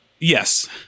Yes